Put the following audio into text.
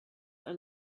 are